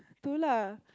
two lah